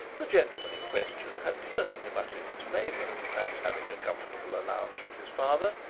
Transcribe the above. the gentleman in question had certainly much in his favour, as, having a comfortable allowance from his father,